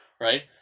right